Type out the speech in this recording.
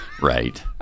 Right